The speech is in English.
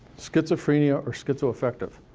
schizophrenia or schizoaffective,